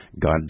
God